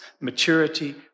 maturity